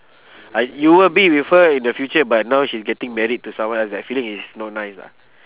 ah you will be with her in the future but now she's getting married to someone else that feeling is not nice ah